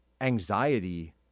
anxiety